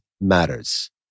matters